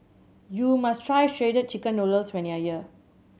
you must try Shredded Chicken Noodles when you are here